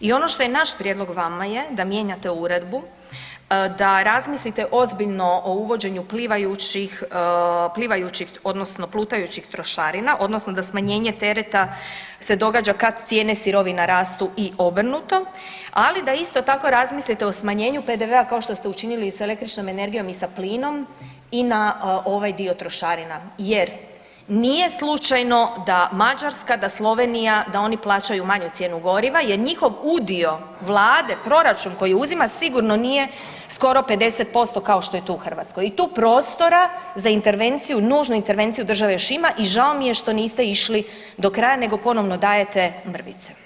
I ono što je naš prijedlog vama je da mijenjate uredbu, da razmislite ozbiljno o uvođenju plivajućih odnosno plutajućih trošarina odnosno da smanjenje tereta se događa kad cijene sirovina rastu i obrnuto, ali da isto tako razmislite o smanjenju PDV-a kao što ste učinili i sa električnom energijom i sa plinom i na ovaj dio trošarina jer nije slučajno da Mađarska, da Slovenija da oni plaćaju manju cijenu goriva jer njihov udio vlade proračun koji uzima sigurno nije skoro 50% kao što je tu u Hrvatskoj i tu prostora za intervenciju, nužnu intervenciju države još ima i žao mi je što niste išli do kraja nego ponovno dajete mrvice.